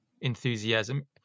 enthusiasm